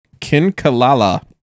Kinkalala